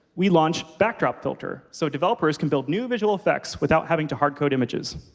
we launched backdrop filter so developers can build new visual effects without having to hard-code images.